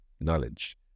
knowledge